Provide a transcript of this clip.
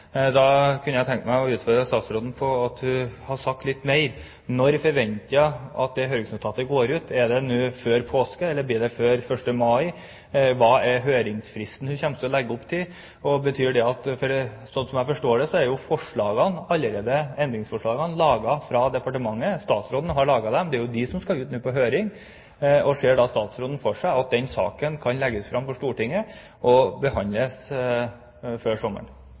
Da kunne jeg tenke meg å utfordre statsråden på at hun sier litt mer om når hun forventer at det høringsnotatet går ut. Er det før påske, eller blir det før 1. mai? Hva er høringsfristen hun kommer til å legge opp til? Slik jeg forstår det, er endringsforslagene allerede laget i departementet. Statsråden har laget dem. Det er de som skal ut på høring. Ser da statsråden for seg at den saken kan legges fram for Stortinget og behandles før sommeren?